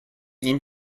ihm